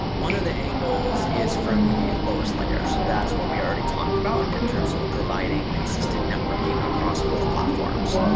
one of the angles is from the lowest layers. so that's what we already talked about in terms of providing consistent networking across both platforms.